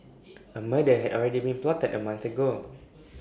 A murder had already been plotted A month ago